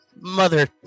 Mother